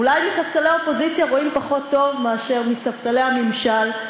אולי מספסלי האופוזיציה רואים פחות טוב מאשר מספסלי הממשל,